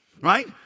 right